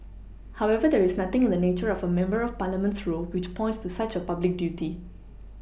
however there is nothing in the nature of a member of parliament's role which points to such a public duty